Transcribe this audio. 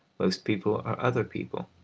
most people are other people.